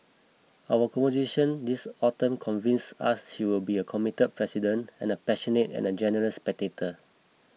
our conversation this autumn convince us she will be a committed president and a passionate and generous spectator